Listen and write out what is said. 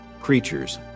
creatures